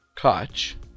Koch